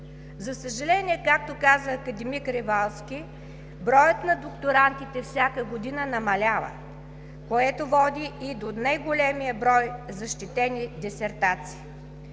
За съжаление, както каза академик Ревалски, броят на докторантите всяка година намалява, което води и до неголемия брой защитени дисертации.